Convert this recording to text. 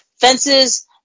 Fences